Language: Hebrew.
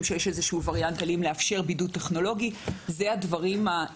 שיש איזה שהוא וריאנט טכנולוגי לאפשר